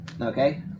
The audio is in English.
Okay